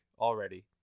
already